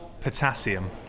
Potassium